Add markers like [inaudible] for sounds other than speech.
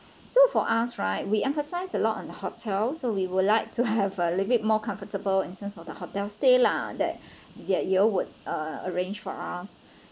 so for us right we emphasize a lot on the hotel so we would like to have [laughs] a limit more comfortable in sense of the hotel stay lah that you all would uh arrange for us